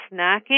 snacking